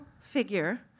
figure